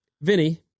Vinny